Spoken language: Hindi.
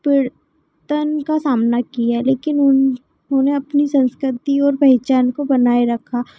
पीर्तन का सामना किया है लेकिन उन्होंने अपनी सांस्कृतिक और पहचान को बनाए रखा